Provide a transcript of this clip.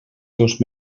seus